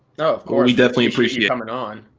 oh, of course. we definitely appreciate you coming on.